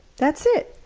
that's it.